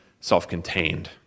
self-contained